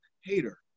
hater